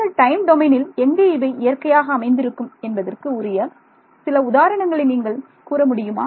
இந்த டைம் டொமைனில் எங்கே இவை இயற்கையாக அமைந்திருக்கும் என்பதற்கு உரிய சில உதாரணங்களை நீங்கள் கூற முடியுமா